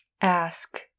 Ask